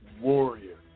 warrior